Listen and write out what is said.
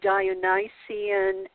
Dionysian